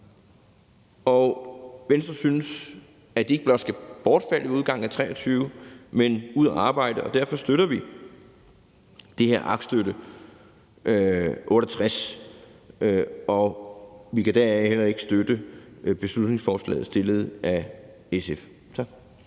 og Venstre synes, at de ikke bare skal bortfalde ved udgangen af 2023, men skal ud og arbejde, og derfor støtter vi det her aktstykke nr. 68, og vi kan dermed heller ikke støtte beslutningsforslaget fremsat af SF. Tak.